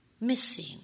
missing